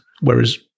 whereas